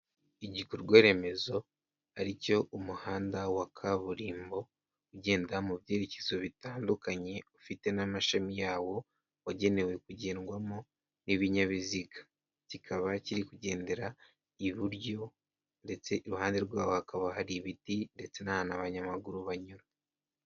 Igikorwa remezo ari cyo umuhanda wa kaburimbo, ugenda mu byerekezo bitandukanye, ufite n'amashami yawo wagenewe kugendwamo n'ibinyabiziga, kikaba kiri kugendera iburyo, ndetse iruhande rwaho hakaba hari ibiti ndetse n'ahantu abanyamaguru banyura.